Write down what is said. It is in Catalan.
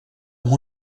amb